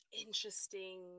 interesting